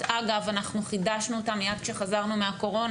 אגב, אנחנו חידשנו אותם מיד כשחזרנו מהקורונה.